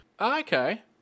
Okay